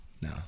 No